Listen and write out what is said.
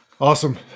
Awesome